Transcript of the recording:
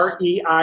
REI